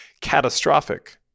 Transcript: catastrophic